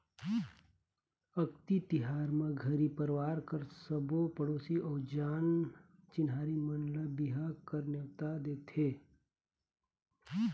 अक्ती तिहार म घरी परवार कर सबो पड़ोसी अउ जान चिन्हारी मन ल बिहा कर नेवता देथे